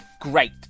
great